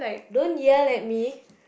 don't yell at me